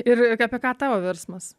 ir apie ką tavo virsmas